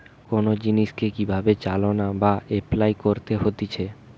কোন জিনিসকে কি ভাবে চালনা বা এপলাই করতে হতিছে